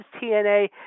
TNA